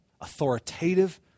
authoritative